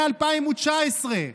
מ-2019,